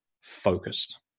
focused